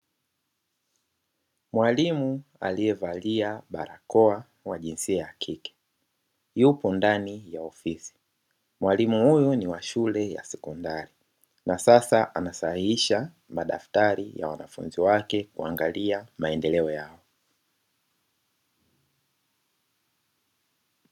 Mwalimu aliyevalia barakoa wa jinsia ya kike yupo ndani ya ofisi, mwalimu huyu ni wa shule ya sekondari na sasa anasahihisha madaftari ya wanafunzi wake kuangalia maendeleo yao.